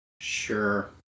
Sure